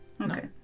Okay